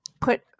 put